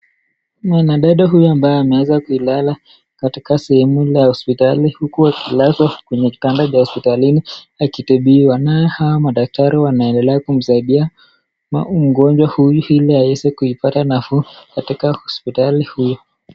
Mwanadada huyu ambaye ameweza kulala katika sehemu ya hospitali huku akilazwa kwenye kitanda cha hospitalini akitibiwa nao hawa madaktari wanaendelea kumsaidia mgonjwa huyu ili aweze kupata nafuu katika hospitali hii.